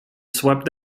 swept